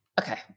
Okay